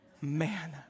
Man